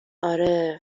آره